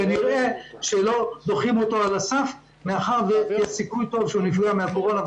אז כנראה שלא דוחים אותו על הסף מאחר שיש סיכוי טוב שהוא נפגע מהקורונה,